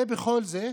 ובכל זה,